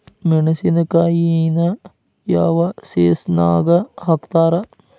ಮೆಣಸಿನಕಾಯಿನ ಯಾವ ಸೇಸನ್ ನಾಗ್ ಹಾಕ್ತಾರ?